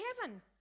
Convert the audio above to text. heaven